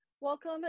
Welcome